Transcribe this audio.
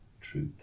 truth